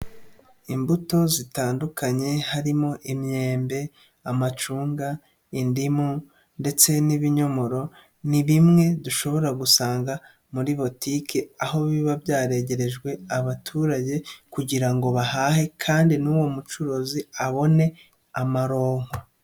Imbuto zitandukanye harimo imyembe, amacunga, indimu ndetse n'ibinyomoro, ni bimwe dushobora gusanga muri botike, aho biba byaregerejwe abaturage kugira ngo bahahe kandi n'uwo mucuruzi abone amaronko.